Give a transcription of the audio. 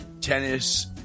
Tennis